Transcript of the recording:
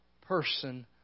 person